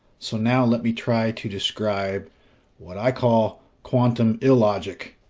so now let me try to describe what i call quantum illogic.